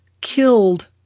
killed